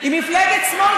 מפלגת שמאל,